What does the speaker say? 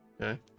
Okay